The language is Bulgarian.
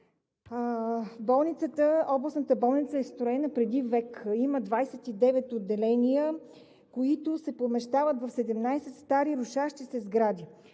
Областната болница е строена преди век, има 29 отделения, които се помещават в 17 стари рушащи се сгради.